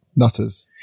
Nutters